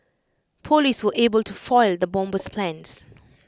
Police were able to foil the bomber's plans